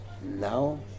now